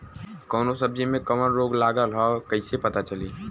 कौनो सब्ज़ी में कवन रोग लागल ह कईसे पता चली?